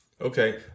Okay